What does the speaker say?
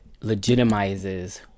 legitimizes